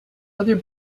other